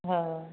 हा